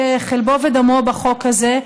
שחלבו ודמו בחוק הזה,